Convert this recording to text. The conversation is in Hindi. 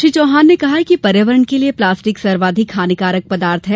श्री चौहान ने कहा कि पर्यावरण के लिये प्लास्टिक सर्वाधिक हानिकारक पदार्थ है